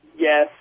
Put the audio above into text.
Yes